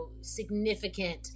significant